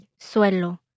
suelo